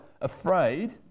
afraid